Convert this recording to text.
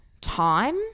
time